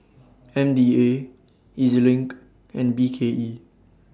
M D A Ez LINK and B K E